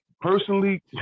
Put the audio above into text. personally